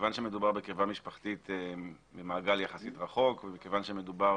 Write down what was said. מכיוון שמדובר בקרבה משפחתית במעגל יחסית רחוק ומכיוון שמדובר